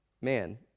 Man